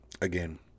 again